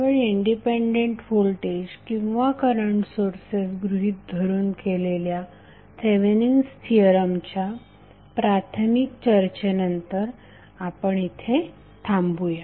केवळ independent voltage किंवा current sources गृहीत धरून केलेल्या थेवेनिन्स थिअरमच्या प्राथमिक चर्चेनंतर आपण इथे थांबूया